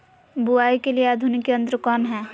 बुवाई के लिए आधुनिक यंत्र कौन हैय?